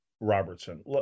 Robertson